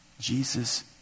Jesus